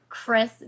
Chris